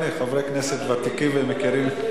הנה, חברי כנסת ותיקים ומכירים,